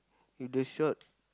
with the shot